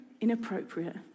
inappropriate